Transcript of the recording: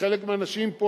וחלק מהאנשים פה,